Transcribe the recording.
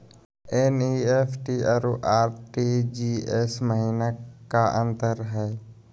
NEFT अरु RTGS महिना का अंतर हई?